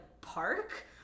park